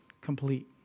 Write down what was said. Complete